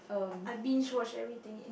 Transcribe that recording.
I binge watch everything